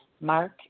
Mark